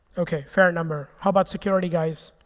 ok, fair number. how about security guys?